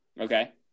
Okay